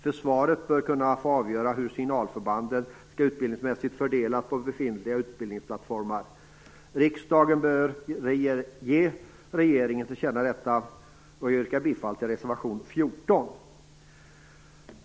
Försvaret bör kunna avgöra hur signalförbanden utbildningsmässigt skall fördelas på befintliga utbildningsplattformar. Riksdagen bör ge regeringen detta till känna. Jag yrkar bifall till reservation 14.